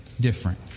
different